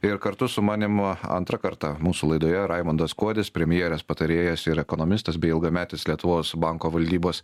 ir kartu su manim antrą kartą mūsų laidoje raimundas kuodis premjerės patarėjas ir ekonomistas bei ilgametis lietuvos banko valdybos